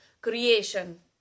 creation